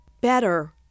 better